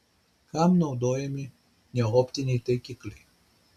kam naudojami neoptiniai taikikliai